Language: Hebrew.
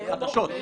הן חדשות.